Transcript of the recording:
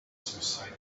suicidal